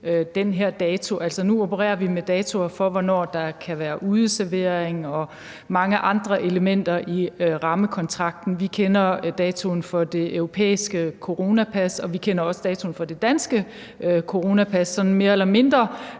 nu opererer vi med datoer for, hvornår der kan være udeservering, og mange andre elementer. Vi kender datoen for det europæiske coronapas, og vi kender også datoen for det danske coronapas – sådan mere eller mindre.